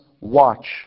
watch